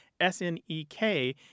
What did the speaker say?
S-N-E-K